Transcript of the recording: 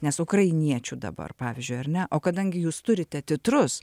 nes ukrainiečių dabar pavyzdžiui ar ne o kadangi jūs turite titrus